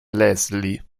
leslie